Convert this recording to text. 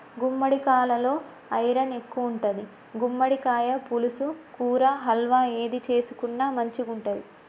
గుమ్మడికాలలో ఐరన్ ఎక్కువుంటది, గుమ్మడికాయ పులుసు, కూర, హల్వా ఏది చేసుకున్న మంచిగుంటది